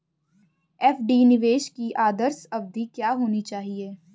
FD निवेश की आदर्श अवधि क्या होनी चाहिए?